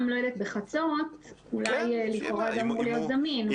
בחצות אולי לכאורה זה אמור להיות זמין.